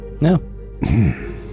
No